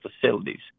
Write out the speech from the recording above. facilities